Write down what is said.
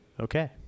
Okay